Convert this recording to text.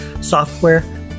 software